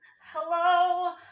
Hello